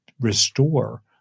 restore